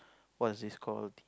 what's this call